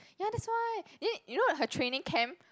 ya that's why then you know her training camp